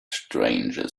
stranger